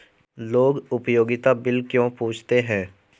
लोग उपयोगिता बिल क्यों पूछते हैं?